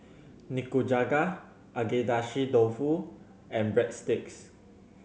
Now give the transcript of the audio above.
Nikujaga Agedashi Dofu and Breadsticks